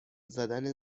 زدن